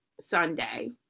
Sunday